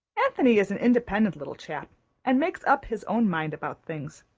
anthony is an independent little chap and makes up his own mind about things.